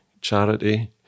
charity